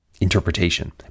interpretation